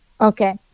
okay